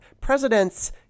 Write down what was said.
presidents